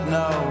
no